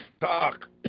talk